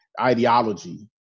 ideology